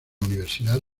universidad